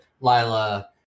Lila